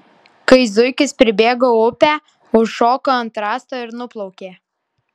kai zuikis pribėgo upę užšoko ant rąsto ir nuplaukė